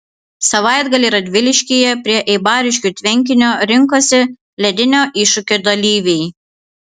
savaitgalį radviliškyje prie eibariškių tvenkinio rinkosi ledinio iššūkio dalyviai